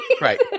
Right